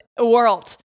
world